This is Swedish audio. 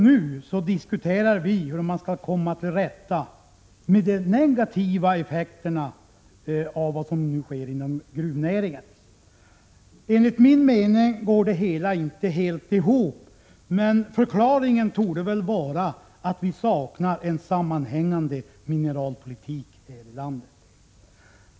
Nu diskuterar vi hur man skall komma till rätta med de negativa effekterna av vad som för närvarande sker inom gruvnäringen. Enligt min mening går det hela inte riktigt ihop. Förklaringen torde väl vara att det saknas en sammanhängande politik här i landet.